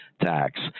tax